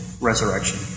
resurrection